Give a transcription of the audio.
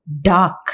dark